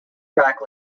track